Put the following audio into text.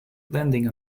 landing